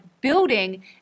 building